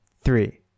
three